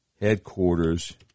headquarters